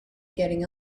getting